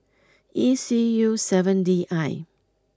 E C U seven D I